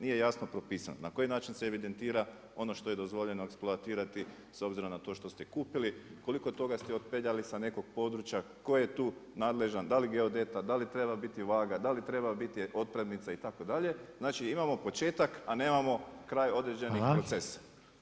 Nije jasno propisano na koji način se evidentira ono što je dozvoljeno eksploatirati s obzirom na to što ste kupili, koliko toga ste otpeljali sa nekog područja, tko je tu nadležan, da li geodeta, da li treba biti vaga, da li treba biti otpremnica itd. znači imamo početak, a nemamo kraj određenih procesa.